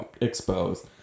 exposed